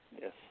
yes